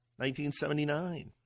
1979